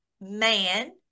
man